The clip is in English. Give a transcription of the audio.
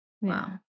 Wow